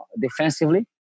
defensively